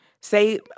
Say